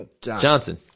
Johnson